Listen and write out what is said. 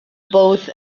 both